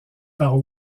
par